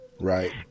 Right